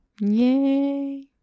yay